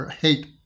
hate